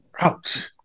ouch